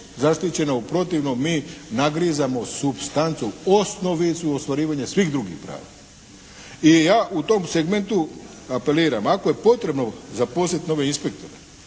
zaštićena. U protivnom mi nagrizamo supstancu, osnovicu ostvarivanja svih drugih prava. I ja u tom segmentu apeliram ako je potrebno zaposliti nove inspektore